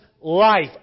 life